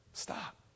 Stop